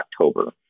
October